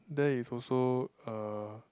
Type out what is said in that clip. there is also a